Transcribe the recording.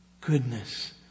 goodness